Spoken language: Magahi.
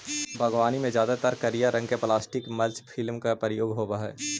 बागवानी में जादेतर करिया रंग के प्लास्टिक मल्च फिल्म प्रयोग होवऽ हई